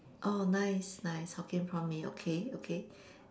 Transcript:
oh nice nice hokkien prawn mee okay okay